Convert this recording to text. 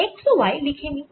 x ও y লিখে নিই